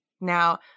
Now